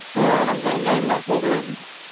and i'm going to name my folder images.